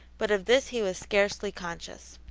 but of this he was scarcely conscious.